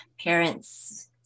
parents